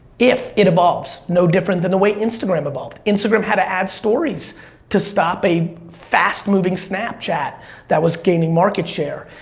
if it evolves, no different than the way instagram evolved. instagram had to add stories to stop a fast-moving snapchat that was gaining market share.